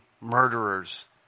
murderers